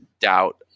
doubt